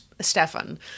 Stefan